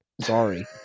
Sorry